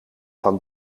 van